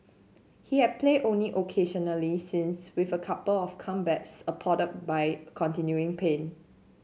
he has played only occasionally since with a couple of comebacks by continuing pain